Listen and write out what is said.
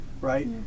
right